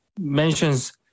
mentions